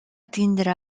tindre